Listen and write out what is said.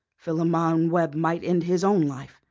philemon webb might end his own life,